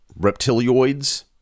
reptilioids